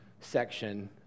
section